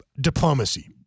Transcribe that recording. diplomacy